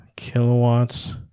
Kilowatts